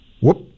Whoop